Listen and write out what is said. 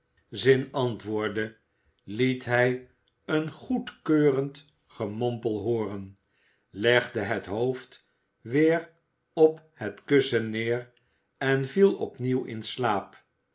zin antwoordde liet hij een goedkeurend gemompel hooren legde het hoofd weer op het kussen neer en viel opnieuw in slaap